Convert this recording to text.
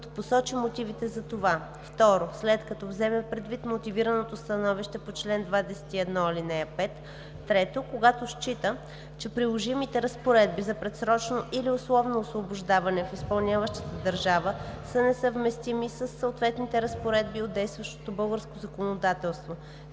като посочи мотивите за това; 2. след като вземе предвид мотивираното становище по чл. 21, ал. 5; 3. когато счита, че приложимите разпоредби за предсрочно или условно освобождаване в изпълняващата държава са несъвместими със съответните разпоредби от действащото българско законодателство;